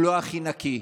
הוא לא הכי נקי,